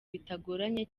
bitagoranye